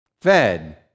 fed